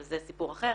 אבל זה סיפור אחר.